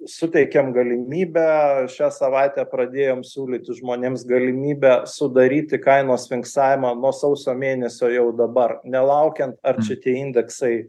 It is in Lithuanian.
suteikėm galimybę šią savaitę pradėjom siūlyti žmonėms galimybę sudaryti kainos finksavimą nuo sausio mėnesio jau dabar nelaukiant ar čia tie indeksai